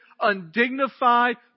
undignified